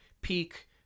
peak